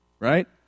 right